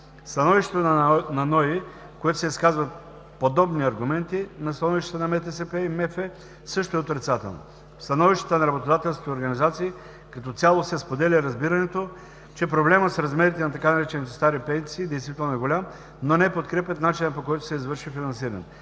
институт, в което се изказват подобни аргументи на становищата на МТСП и МФ, също е отрицателно. В становищата на работодателските организации като цяло се споделя разбирането, че проблемът с размерите на така наречените „стари пенсии“ действително е голям, но не подкрепят начина, по който ще се извърши финансирането.